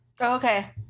Okay